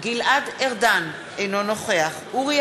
גלעד ארדן, אינו נוכח אורי